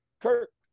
Kurt